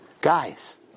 Guys